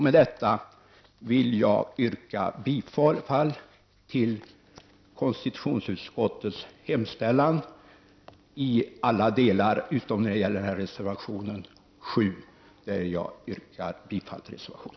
Med detta yrkar jag bifall till konstitutionsutskottets anmälan i alla delar utom när det gäller reservation 7 som jag yrkar bifall till.